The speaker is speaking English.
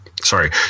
sorry